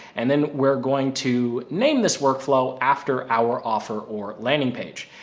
and then we're going to name this workflow after our offer or landing page.